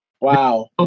Wow